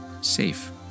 safe